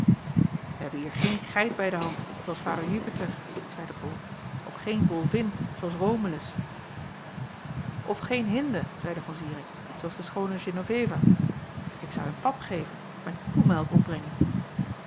hebben hier geen geit bij de hand zoo als vader jupiter zeide bol of geen wolvin zoo als romulus of geen hinde zeide van zirik zoo als de schoone genoveva ik zou hem pap geven of met koemelk opbrengen